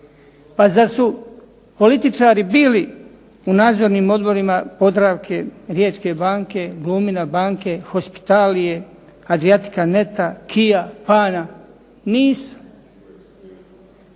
Pa zar su političari bili u nadzornim odborima Podravke, Riječke banke, Glumina banke, Hospitalije, Adriatica.neta, Kia, Pana, a